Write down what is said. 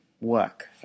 work